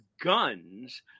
guns